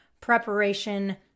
preparation